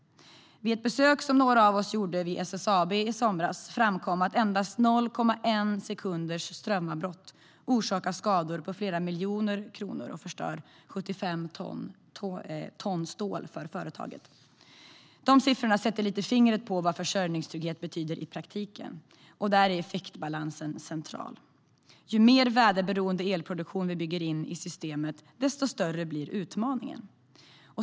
Vid ett besök som några av oss gjorde på SSAB i somras framkom att endast 0,1 sekunders strömavbrott orsakar skador på flera miljoner kronor och förstör 75 ton stål för företaget. De siffrorna sätter fingret på vad försörjningstrygghet betyder i praktiken, och där är effektbalansen central. Ju mer väderberoende elproduktion vi bygger in i systemet, desto större blir utmaningen.